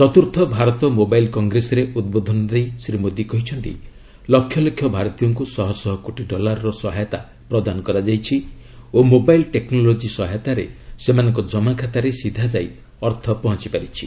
ଚତୁର୍ଥ ଭାରତ ମୋବାଇଲ୍ କଂଗ୍ରେସରେ ଉଦ୍ବୋଧନ ଦେଇ ଶ୍ରୀ ମୋଦୀ କହିଛନ୍ତି ଲକ୍ଷ ଲକ୍ଷ ଭାରତୀୟଙ୍କୁ ଶହ ଶହ କୋଟି ଡଲାରର ସହାୟତା ପ୍ରଦାନ କରାଯାଇଛି ଓ ମୋବାଇଲ୍ ଟେକ୍ନୋଲୋଜି ସହାୟତାରେ ସେମାନଙ୍କ ଜମାଖାତାରେ ସିଧାଯାଇ ଅର୍ଥ ପହଞ୍ଚିଛି